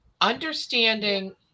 understanding